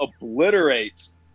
obliterates